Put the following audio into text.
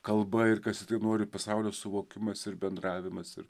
kalba ir kas tiktai nori ir oasaulio suvokimas ir bendravimas ir